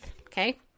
Okay